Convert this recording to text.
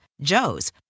Joe's